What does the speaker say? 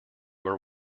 were